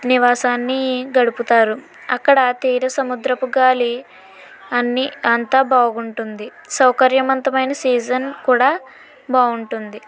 నివాసాన్ని గడుపుతారు అక్కడ తీర సముద్రపు గాలి అన్ని అంతా బాగుంటుంది సౌకర్యవంతమైన సీజన్ కూడా బాగుంటుంది